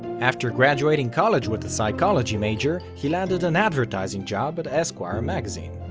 after graduating college with a psychology major, he landed an advertising job at esquire magazine.